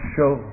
Show